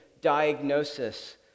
diagnosis